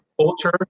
culture